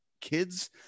kids